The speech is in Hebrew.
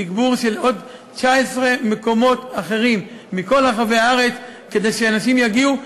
תגבור של עוד 19 מקומות אחרים מכל רחבי הארץ כדי שאנשים יגיעו,